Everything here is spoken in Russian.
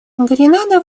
гренада